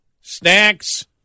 snacks